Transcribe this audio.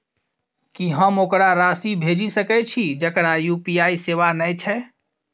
की हम ओकरा राशि भेजि सकै छी जकरा यु.पी.आई सेवा नै छै?